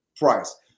price